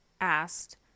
asked